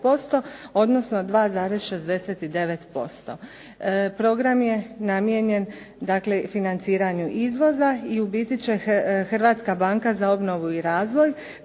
odnosno 2,69%. Program je namijenjen financiranju izvoza i ustvari će Hrvatska banka za obnovu i razvoj